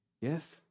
Yes